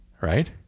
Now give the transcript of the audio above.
Right